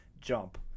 jump